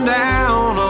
down